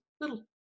little